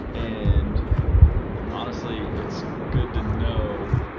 and honestly, it's good to know,